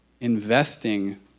investing